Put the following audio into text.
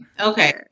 Okay